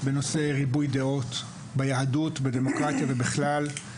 בנושא ריבוי דעות ביהדות, בדמוקרטיה ובכלל.